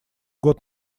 год